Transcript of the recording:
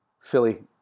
Philly